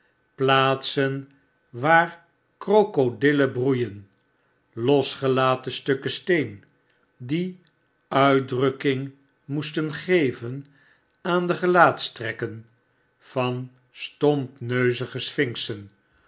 plaatsen waar krokodillen broeien losgelaten stukken steen die uitdrukking moesten geven aan de gelaatstrekken van